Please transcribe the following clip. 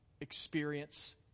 experience